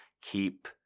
keep